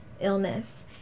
illness